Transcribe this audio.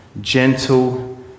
gentle